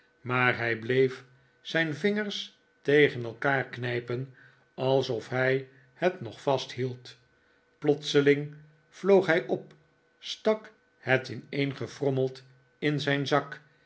maar hij bleef zijn vingers tegen elkaar knijpen alsof hij het nog vasthield plotseling vloog hij op stak het ineengefrommeld in zijn zak